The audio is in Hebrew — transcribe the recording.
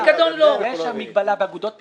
בגלל שמדובר במשהו שהוא מתחיל מלמטה למעלה,